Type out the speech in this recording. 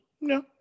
no